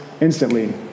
instantly